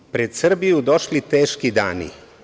Kaže: „Pred Srbiju došli teški dani.